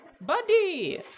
Buddy